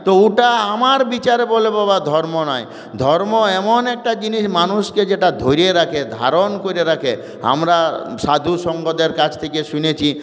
তো ওটা আমার বিচারে বলব বা ধর্ম নয় ধর্ম এমন একটা জিনিস মানুষকে যেটা ধরে রাখে ধারণ করে রাখে আমরা সাধু সঙ্গদের কাছ থেকে শুনেছি